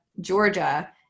georgia